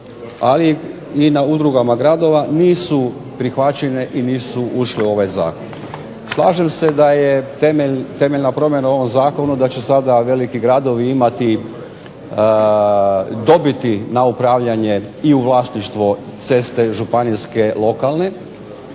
ali i na udrugama gradova nisu prihvaćene i nisu ušle u ovaj zakon. Slažem se da je temeljna promjena u ovom zakonu da će sada veliki gradovi imati, dobiti na upravljanje i u vlasništvo ceste županijske i lokalne